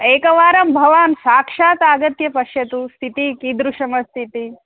एकवारं भवान् साक्षात् आगत्य पश्यतु स्थितिः कीदृशमस्तीति